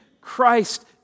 Christ